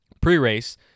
pre-race